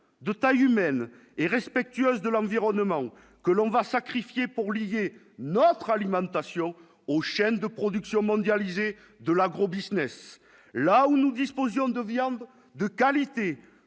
de taille humaine et respectueuse de l'environnement que l'on va sacrifier pour lier notre alimentation aux chaînes de production mondialisés de l'agro-Business là où nous disposions de viande de qualité